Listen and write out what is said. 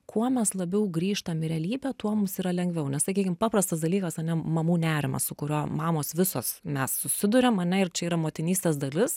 kuo mes labiau grįžtam į realybę tuo mums yra lengviau nes sakykim paprastas dalykas ane mamų nerimas su kuriuo mamos visos mes susiduriam ane ir čia yra motinystės dalis